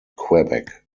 quebec